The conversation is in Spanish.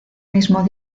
mismo